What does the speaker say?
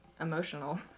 emotional